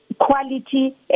quality